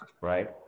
right